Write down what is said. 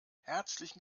herzlichen